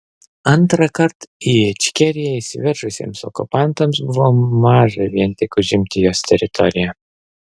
antrąkart į ičkeriją įsiveržusiems okupantams buvo maža vien tik užimti jos teritoriją